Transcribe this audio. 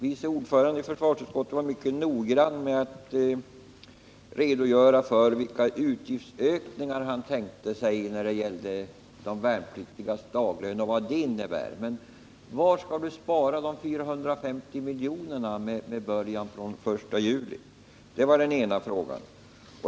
Vice ordföranden i försvarsutskottet var mycket noggrann med att redogöra för vilka utgiftsökningar han tänkte sig när det gäller de värnpliktigas daglön och vad det kommer att innebära. Men var skall ni spara de 450 miljonerna med början den 1 juli? Det var den ena frågan.